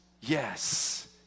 yes